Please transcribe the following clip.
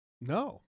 No